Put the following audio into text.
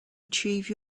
achieve